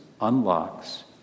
unlocks